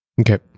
Okay